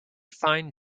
find